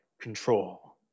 control